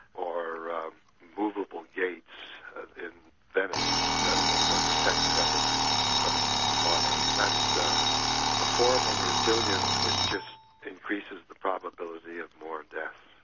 or movable gates in venice that will protect venice from the water. that's ah a form of resilience which just increases the probability of more deaths.